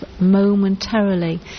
momentarily